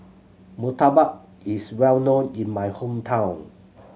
murtabak is well known in my hometown